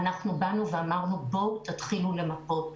באנו ואמרנו: בואו תתחילו למפות,